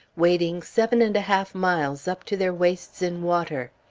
wading seven and a half miles, up to their waists in water.